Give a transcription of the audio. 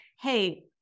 hey